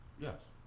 Yes